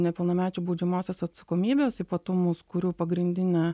nepilnamečių baudžiamosios atsakomybės ypatumus kurių pagrindinė